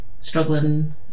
struggling